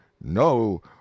no